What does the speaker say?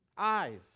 Eyes